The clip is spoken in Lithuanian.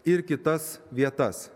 ir kitas vietas